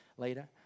later